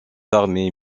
armées